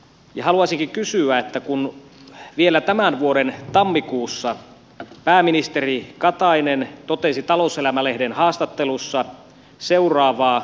ja haluaisin kysyä että kun vielä tämän vuoden tammikuussa pääministeri katainen totesi talouselämä lehden haastattelussa seuraavaa